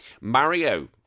mario